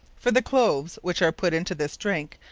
for the cloves, which are put into this drinke,